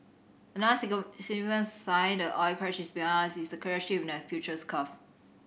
another significant sign the oil crash is behind us is the clear shift in the futures curve